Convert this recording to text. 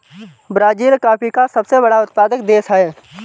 Brazil coffee का सबसे बड़ा उत्पादक देश है